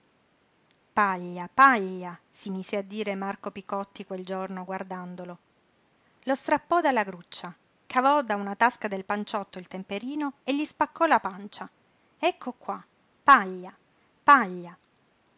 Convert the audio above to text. paglia paglia si mise a dire marco picotti quel giorno guardandolo lo strappò dalla gruccia cavò da una tasca del panciotto il temperino e gli spaccò la pancia ecco qua paglia paglia